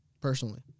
personally